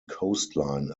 coastline